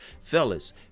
fellas